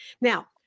Now